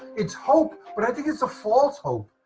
it's hope, but i think it's a false hope.